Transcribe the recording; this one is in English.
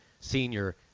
senior